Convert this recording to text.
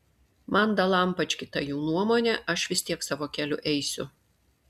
man dalampački ta jų nuomonė aš vis tiek savo keliu eisiu